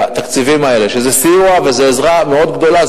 מהתקציבים האלה, וזה סיוע, וזה עזרה מאוד גדולה.